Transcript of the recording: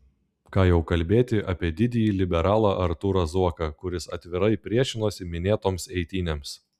ką jau kalbėti apie didįjį liberalą artūrą zuoką kuris atvirai priešinosi minėtoms eitynėms